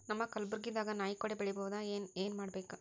ನಮ್ಮ ಕಲಬುರ್ಗಿ ದಾಗ ನಾಯಿ ಕೊಡೆ ಬೆಳಿ ಬಹುದಾ, ಏನ ಏನ್ ಮಾಡಬೇಕು?